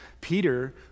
Peter